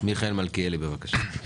מיכאל מלכיאלי, בבקשה.